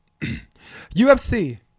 UFC